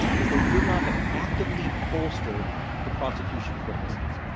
is they would not have actively bolstered the prosecution's witnesses.